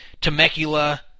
Temecula